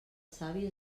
savi